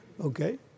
Okay